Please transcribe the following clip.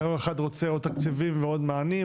רוצים עוד תקציבים ועוד מענים,